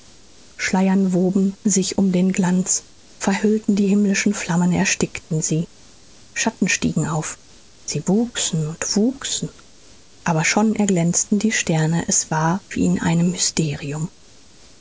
schleier woben sich um den glanz verhüllten die himmlischen flammen erstickten sie schatten stiegen auf sie wuchsen und wuchsen aber schon erglänzten die sterne es war wie in einem mysterium